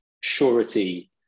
surety